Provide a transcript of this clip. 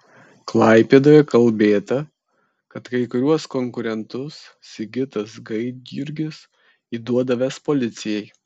klaipėdoje kalbėta kad kai kuriuos konkurentus sigitas gaidjurgis įduodavęs policijai